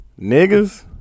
Niggas